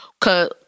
Cause